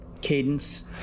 Cadence